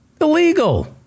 illegal